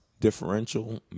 differential